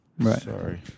Sorry